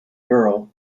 girl